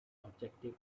objective